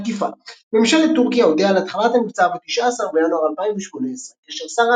התקיפה ממשלת טורקיה הודיעה על התחלת המבצע ב-19 בינואר 2018 כאשר שר